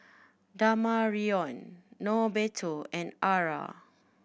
Damarion Norberto and Arra